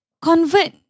convert